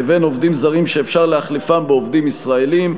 לבין עובדים זרים שאפשר להחליפם בעובדים ישראלים,